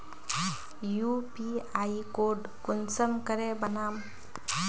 UPI code कुंसम करे बनाम?